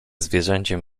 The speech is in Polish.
zwierzęciem